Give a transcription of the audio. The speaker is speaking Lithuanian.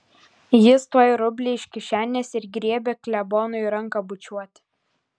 jis tuoj rublį iš kišenės ir griebia klebonui ranką bučiuoti